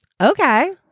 okay